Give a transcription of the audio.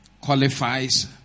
qualifies